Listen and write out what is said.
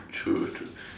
true true